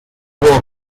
podłogę